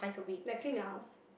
lappy nouns